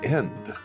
end